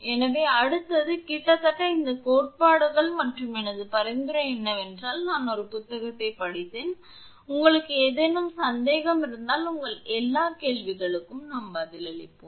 எனவே அடுத்தது கிட்டத்தட்ட இந்த கோட்பாடுகள் மற்றும் எனது பரிந்துரை என்னவென்றால் நான் ஒரு புத்தகத்தைப் படித்தேன் உங்களுக்கு ஏதேனும் சந்தேகம் இருந்தால் உங்கள் எல்லா கேள்விகளுக்கும் நாங்கள் பதிலளிப்போம்